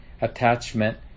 attachment